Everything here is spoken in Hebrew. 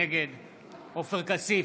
נגד עופר כסיף,